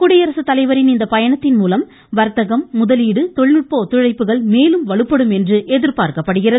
குடியரசுத்தலைவரின் இந்த பயணத்தின்மூலம் வர்த்தம் முதலீடு தொழில்நுட்ப ஒத்துழைப்புகள் மேலும் வலுப்படும் என்று எதிர்பார்க்கப்படுகிறது